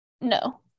no